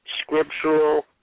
scriptural